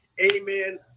Amen